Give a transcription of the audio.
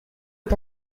est